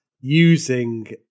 using